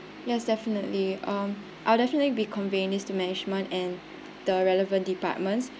yes definitely um I'll definitely be conveying this to management and the relevant departments